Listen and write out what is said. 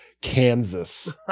kansas